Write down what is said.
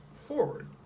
Forward